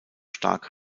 starke